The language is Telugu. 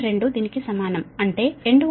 2 దీనికి సమానం అంటే ఎండ్ వోల్టేజ్ పంపడం 11